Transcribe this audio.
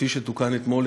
כפי שתוקן אתמול,